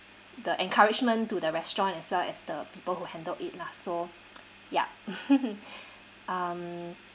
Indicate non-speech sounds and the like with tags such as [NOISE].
the encouragement to the restaurant as well as the people who handled it lah so ya [LAUGHS] [BREATH] um